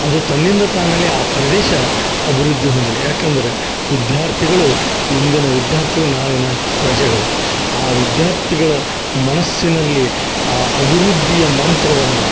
ಅದು ತನ್ನಿಂದ ತಾನಲ್ಲಿ ಆ ಪ್ರದೇಶ ಅಭಿವೃದ್ಧಿ ಹೊಂದಿಲ್ಲ ಯಾಕಂದರೆ ವಿಧ್ಯಾರ್ಥಿಗಳು ಇಂದಿನ ವಿಧ್ಯಾರ್ಥಿ ನಾಳಿನ ಪ್ರಜೆಗಳು ಆ ವಿದ್ಯಾರ್ಥಿಗಳ ಮನಸ್ಸಿನಲ್ಲಿ ಆ ಅಭಿವೃದ್ಧಿಯ ಮಂತ್ರವನ್ನು